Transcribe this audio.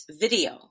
video